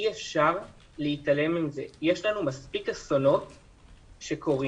אי אפשר להתעלם מזה, יש לנו מספיק אסונות שקורים.